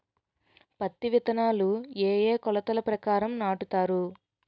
పత్తి విత్తనాలు ఏ ఏ కొలతల ప్రకారం నాటుతారు?